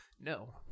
No